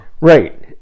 Right